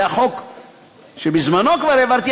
זה החוק שבזמנו כבר העברתי,